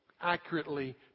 accurately